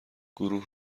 گروه